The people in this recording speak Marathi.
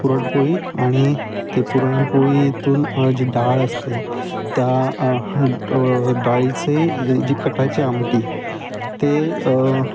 पुरणपोळी आणि ते पुरणपोळीतून जी डाळ असते त्या डाळीचे जी कटायची आमटी ते